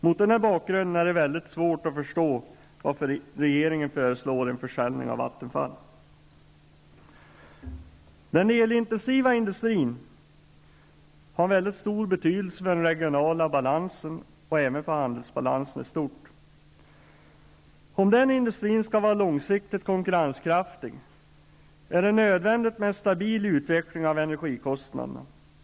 Mot den bakgrunden är det mycket svårt att förstå varför regeringen föreslår en försäljning av Vattenfall. Den elintensiva industrin har mycket stor betydelse för den regionala balansen och även för handelsbalansen i stort. Om den industrin skall vara långsiktigt konkurrenskraftig är det nödvändigt med en stabil utveckling av energikostnaderna.